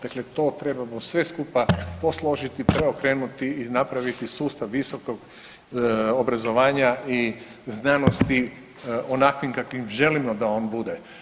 Dakle, to trebamo sve skupa posložiti, preokrenuti i napravi sustav visokog obrazovanja i znanosti onakvim kakvim želimo da on bude.